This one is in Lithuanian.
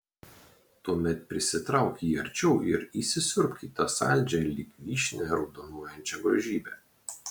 tuomet prisitrauk jį arčiau ir įsisiurbk į tą saldžią lyg vyšnia raudonuojančią grožybę